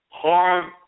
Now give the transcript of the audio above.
Harm